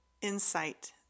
insight